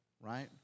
right